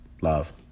Love